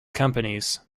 companies